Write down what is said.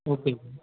okay sir